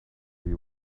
you